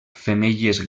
femelles